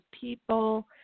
people